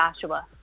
Joshua